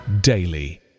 daily